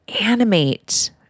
animate